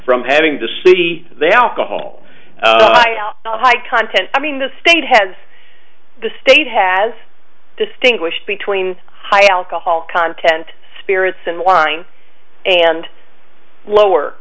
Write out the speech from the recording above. from having to see they are the whole high content i mean the state has the state has distinguished between high alcohol content spirits and wine and lower